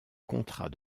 contrat